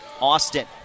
Austin